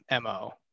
MO